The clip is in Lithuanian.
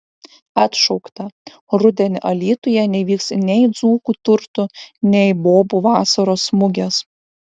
atšaukta rudenį alytuje nevyks nei dzūkų turtų nei bobų vasaros mugės